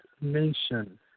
nation